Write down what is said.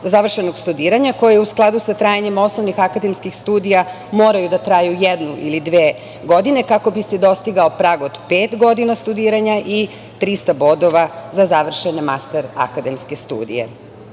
završenog studiranja, koje je u skladu sa trajanjem osnovnih akademskih studija moraju da traju jednu ili dve godine kako bi se dostigao prag od pet godina studiranja i 300 bodova za završene master akademske studije. Sve